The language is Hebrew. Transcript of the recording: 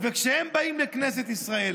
כשהם באים לכנסת ישראל